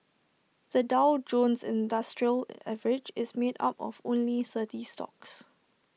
the Dow Jones industrial average is made up of only thirty stocks